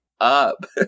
up